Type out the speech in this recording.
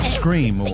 scream